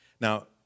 Now